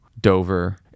Dover